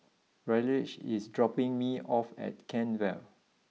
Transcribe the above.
Ryleigh is dropping me off at Kent Vale